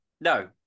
No